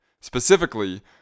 specifically